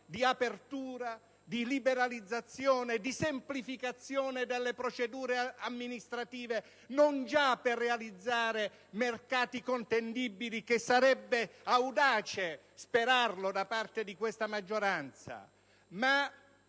di apertura, di liberalizzazione e semplificazione delle procedure amministrative, non già per realizzare mercati contendibili (che sarebbe audace sperare da parte di questa maggioranza),